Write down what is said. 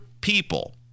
people